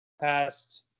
past